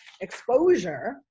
exposure